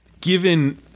given